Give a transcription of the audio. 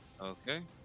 Okay